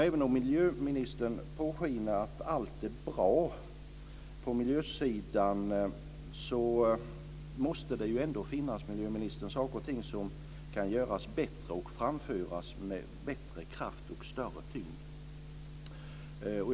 Även om miljöministern låter påskina att allt är bra på miljösidan måste det ändå, miljöministern, finnas saker och ting som kan göras bättre och framföras med bättre kraft och större tyngd.